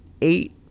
eight